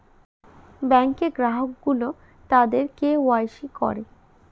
ব্যাঙ্কে গ্রাহক গুলো তাদের কে ওয়াই সি করে